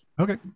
Okay